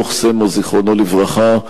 חבר הכנסת לוין, בבקשה.